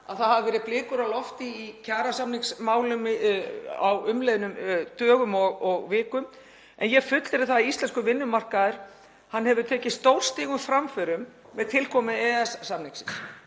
Það hafa verið blikur á lofti í kjarasamningsmálum á umliðnum dögum og vikum en ég fullyrði að íslenskur vinnumarkaður hefur tekið stórstígum framförum með tilkomu EES-samningsins.